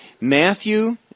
Matthew